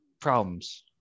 problems